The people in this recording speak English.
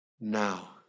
now